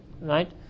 right